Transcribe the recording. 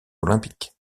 olympiques